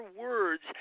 words